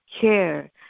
care